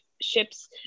ships